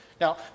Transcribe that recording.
Now